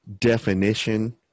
definition